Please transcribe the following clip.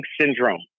syndrome